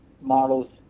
models